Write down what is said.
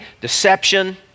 deception